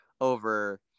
over